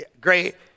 great